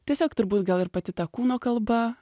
tiesiog turbūt gal ir pati ta kūno kalba